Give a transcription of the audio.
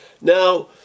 now